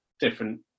different